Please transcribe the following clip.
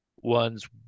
ones